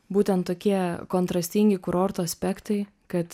būtent tokie kontrastingi kurorto aspektai kad